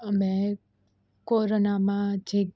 અમે કોરોનામાં જે